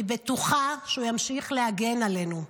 אני בטוחה שהוא ימשיך להגן עלינו.